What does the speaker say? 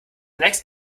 next